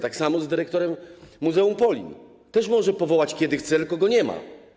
Tak samo z dyrektorem muzeum Polin - też może powołać, kiedy chce, tylko go nie ma.